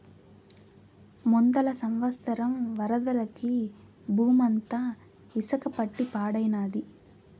ముందల సంవత్సరం వరదలకి బూమంతా ఇసక పట్టి పాడైనాది